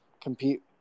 Compete